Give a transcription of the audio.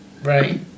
right